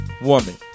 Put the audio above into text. woman